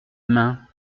main